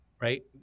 right